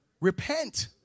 repent